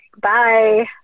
bye